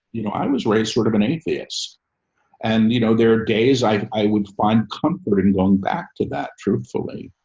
you know, i was raised sort of an atheists and you know, there are days i i would find comfort in going back to that. truthfully,